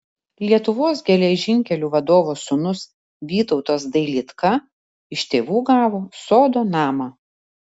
lietuvos geležinkelių vadovo sūnus vytautas dailydka iš tėvų gavo sodo namą